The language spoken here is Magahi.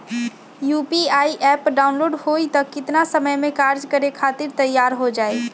यू.पी.आई एप्प डाउनलोड होई त कितना समय मे कार्य करे खातीर तैयार हो जाई?